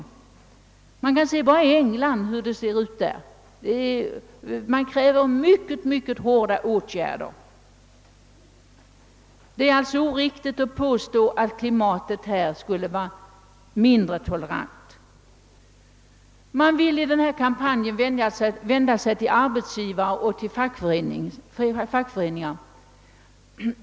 Hur ser det inte ut i sådana situationer i England? Där kräver folk mycket hårda åtgärder. Det är alltså oriktigt att påstå, att klimatet här skulle vara mindre tolerant. Motionärerna föreslår att kampanjen skall vända sig till arbetsgivare och fackföreningar.